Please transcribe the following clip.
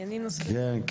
כן.